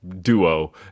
duo